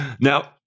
now